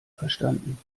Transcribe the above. verstanden